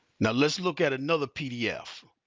now let's look at another pdf.